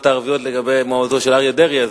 הערביות לגבי מועמדותו של אריה דרעי.